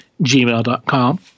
gmail.com